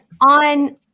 on